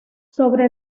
sobre